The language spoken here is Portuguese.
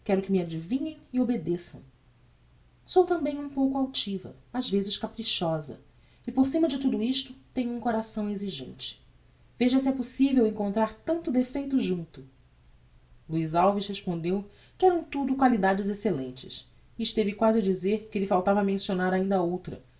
que me adivinhem e obedeçam sou tambem um pouco altiva ás vezes caprichosa e por cima de tudo isto tenho um coração exigente veja se é possível encontrar tanto defeito junto luiz alves respondeu que eram tudo qualidades excellentes e esteve quasi a dizer que lhe faltava mencionar ainda outra